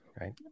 right